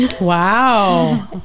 Wow